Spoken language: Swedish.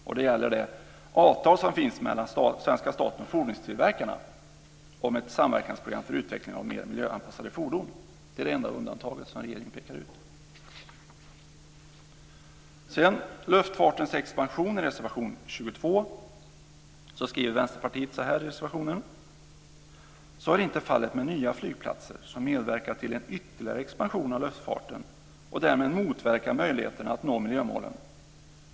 Det gäller det avtal som finns mellan svenska staten och fordonstillverkarna om ett samverkansprogram för utveckling av mer miljöanpassade fordon. Det är det enda undantaget som regeringen pekar ut. Reservation 22 handlar om luftfartens expansion. Där skriver Vänsterpartiet i reservationen: "Så är inte fallet med nya flygplatser som medverkar till en ytterligare expansion av luftfarten och därmed motverkar möjligheterna att nå miljömålen.